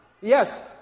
Yes